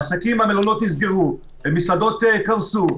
העסקים והמלונות נסגרו ומסעדות קרסו.